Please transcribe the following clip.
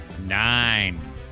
Nine